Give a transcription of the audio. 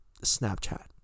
Snapchat